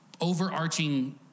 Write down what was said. overarching